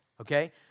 okay